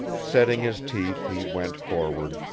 setting his teeth he went forward,